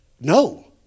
no